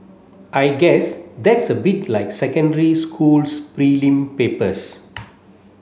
I guess that's a bit like secondary school's prelim papers